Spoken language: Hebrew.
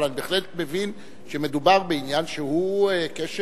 אבל אני בהחלט מבין שמדובר בעניין שהוא קשר